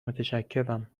متشکرم